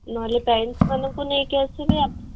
ନହେଲେ ପ୍ୟାରେଣ୍ଟସ୍ମାନଙ୍କୁ ନେଇକି ଆସିବେ